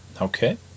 Okay